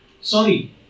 Sorry